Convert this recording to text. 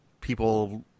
people